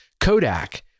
Kodak